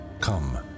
come